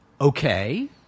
okay